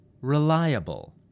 reliable